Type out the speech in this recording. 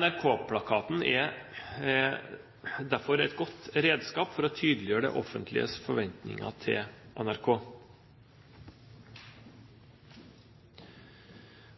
NRK-plakaten er derfor et godt redskap for å tydeliggjøre det offentliges forventninger til NRK.